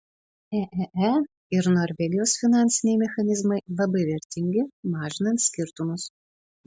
eee ir norvegijos finansiniai mechanizmai labai vertingi mažinant skirtumus